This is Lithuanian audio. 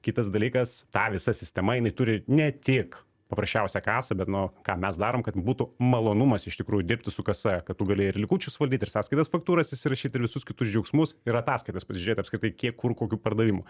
kitas dalykas ta visa sistema jinai turi ne tik paprasčiausią kasą bet nu ką mes darom kad būtų malonumas iš tikrųjų dirbti su kasa kad tu gali ir likučius valdyt ir sąskaitas faktūras išsirašyt ir visus kitus džiaugsmus ir ataskaitas pasižiūrėt apskritai kiek kur kokių pardavimų